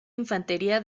infantería